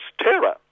terror